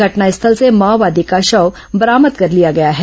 घटनास्थल से माओवादी का शव बरामद कर लिया गया है